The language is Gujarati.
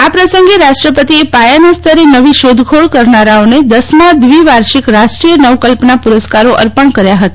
આ પ્રસંગે રાષ્ટ્રપતિએ પાયાના સ્તરે નવી શોધખોળ કરનારાઓને દસમા દ્વિવાર્ષિક રાષ્ટ્રીય નવકલ્પના પુરસ્કારો અર્પણ કર્યા હતા